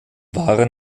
waren